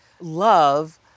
love